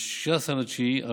ב-16 בספטמבר,